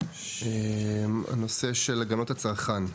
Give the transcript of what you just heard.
הנושא של הגנת הצרכן.